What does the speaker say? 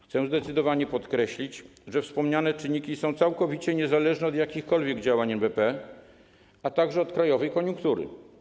Chcę zdecydowanie podkreślić, że wspomniane czynniki są całkowicie niezależne od jakichkolwiek działań NBP, a także od krajowej koniunktury.